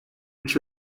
ich